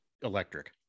electric